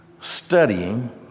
studying